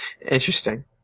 Interesting